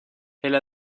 elle